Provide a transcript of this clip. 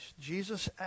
Jesus